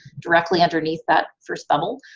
directly underneath that first bubble.